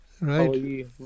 right